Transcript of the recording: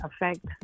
affect